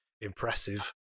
impressive